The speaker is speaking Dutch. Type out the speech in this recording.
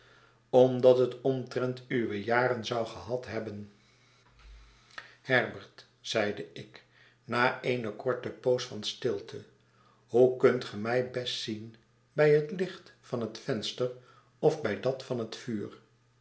omdat het omtrent uwe jaren zou gehad hebben herbert zeide ik na eene korte poos van stilte hoe kunt ge mij best zien bij het licht van het venster of bij dat van het vuur